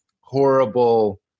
horrible